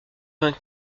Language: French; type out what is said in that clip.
vingt